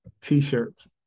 t-shirts